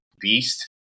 beast